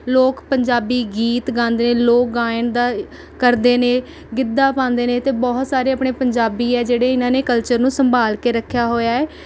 ਲੋਕ ਪੰਜਾਬੀ ਗੀਤ ਗਾਉਂਦੇ ਲੋਕ ਗਾਇਨ ਦਾ ਕਰਦੇ ਨੇ ਗਿੱਧਾ ਪਾਉਂਦੇ ਨੇ ਅਤੇ ਬਹੁਤ ਸਾਰੇ ਆਪਣੇ ਪੰਜਾਬੀ ਹੈ ਜਿਹੜੇ ਇਨ੍ਹਾਂ ਨੇ ਕਲਚਰ ਨੂੰ ਸੰਭਾਲ ਕੇ ਰੱਖਿਆ ਹੋਇਆ ਹੈ